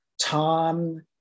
Tom